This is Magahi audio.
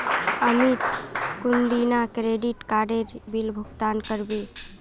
अमित कुंदिना क्रेडिट काडेर बिल भुगतान करबे